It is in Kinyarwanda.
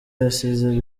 yasize